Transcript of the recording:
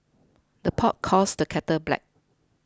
the pot calls the kettle black